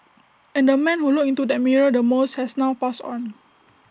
and the man who looked into that mirror the most has now passed on